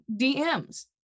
DMs